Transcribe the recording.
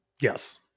Yes